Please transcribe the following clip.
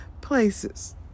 places